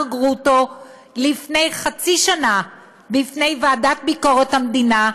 גרוטו לפני חצי שנה בפני הוועדה לביקורת המדינה,